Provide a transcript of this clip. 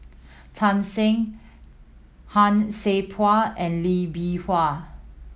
Tan Shen Han Sai Por and Lee Bee Wah